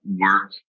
work